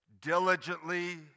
diligently